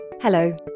Hello